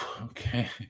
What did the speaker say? Okay